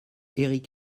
éric